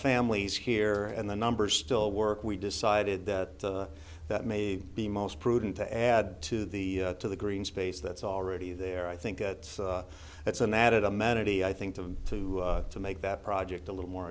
families here and the numbers still work we decided that that may be most prudent to add to the to the green space that's already there i think that it's an added amenity i think to to to make that project a little more